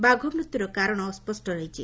ବାଘ ମୃତ୍ୟୁର କାରଣ ଅସ୍ ରହିଛି